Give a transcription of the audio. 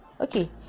Okay